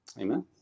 Amen